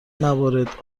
موارد